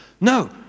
no